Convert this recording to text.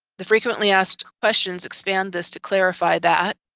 the frequently asked questions expand this to clarify that.